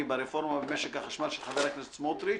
ברפורמה במשק החשמל של חבר הכנסת סמוטריץ,